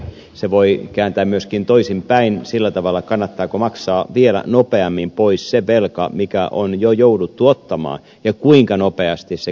sen voi kääntää myöskin toisin päin sillä tavalla että kannattaako maksaa vielä nopeammin pois se velka mikä on jo jouduttu ottamaan ja kuinka nopeasti se kannattaa maksaa